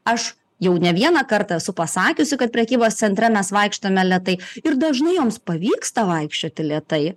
aš jau ne vieną kartą esu pasakiusi kad prekybos centre mes vaikštome lėtai ir dažnai joms pavyksta vaikščioti lėtai